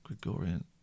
Gregorian